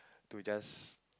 to just